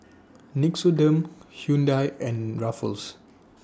Nixoderm Hyundai and Ruffles